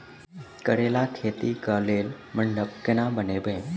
करेला खेती कऽ लेल मंडप केना बनैबे?